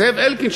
זאב אלקין,